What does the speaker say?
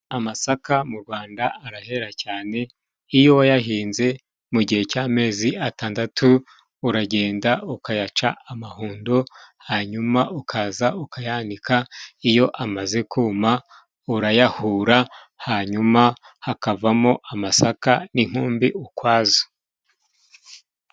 Amasaka mu Rwanda arahera cane iyo wayahinze mu gihe cy'amezi atandatu uragenda ukayaca amahundo hanyuma ukaza ukayanika iyo amaze kuma urayahura hanyuma hakavamo amasaka n'inkumbi ukwazo.